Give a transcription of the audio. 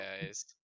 guys